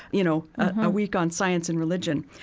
you know, a week on science and religion.